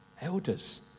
elders